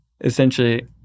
essentially